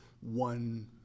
one